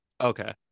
Okay